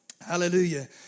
Hallelujah